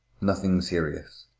nothing serious.